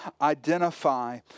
identify